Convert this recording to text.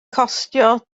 costio